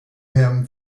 him